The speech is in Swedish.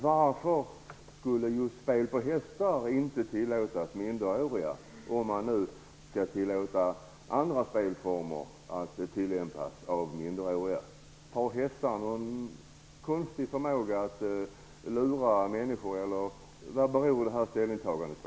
Varför skulle just spel på hästar inte tillåtas för minderåriga, om man nu skall låta andra spelformer tillämpas av minderåriga? Har hästar någon konstig förmåga att lura människor, eller vad beror det här ställningstagandet på?